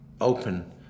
open